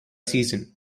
season